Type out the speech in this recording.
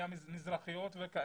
מזרחיות וכאלה.